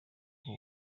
bwo